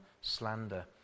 slander